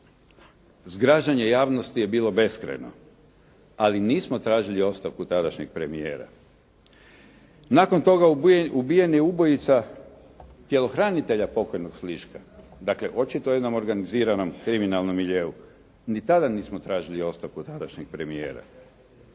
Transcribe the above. Zgražanje javnosti je bilo beskrajno, ali nismo tražili ostavku tadašnjeg premijera. Nakon toga ubijen je ubojica tjelohranitelja pokojnog Sliška. Dakle, očito jednom organiziranom kriminalnom miljeu. Ni tada nismo tražili ostavku tadašnjeg premijera.